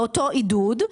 באותו עידוד,